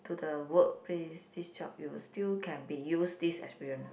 to the workplace this job you'll still can be use this experience ah